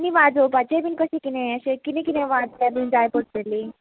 आनी वाजोवपाचें बीन कशें किदें अशें किदें किदें वाद्द्यां बीन जाय पडटलीं